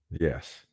Yes